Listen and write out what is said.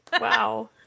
wow